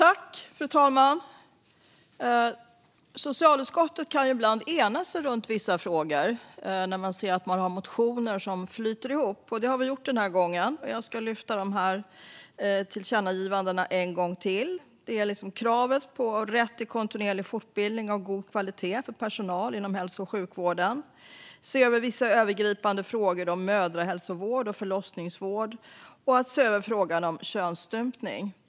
Fru talman! Socialutskottet kan ibland enas kring vissa frågor, när man ser att man har motioner som flyter ihop. Det har vi gjort den här gången, och jag ska lyfta fram dessa tillkännagivanden en gång till. Det handlar om kravet på rätt till kontinuerlig fortbildning av god kvalitet för personal inom hälso och sjukvård, att se över vissa övergripande frågor om mödrahälsovård och förlossningsvård och att se över frågan om könsstympning.